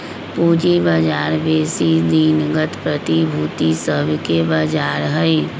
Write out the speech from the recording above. पूजी बजार बेशी दिनगत प्रतिभूति सभके बजार हइ